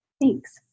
Thanks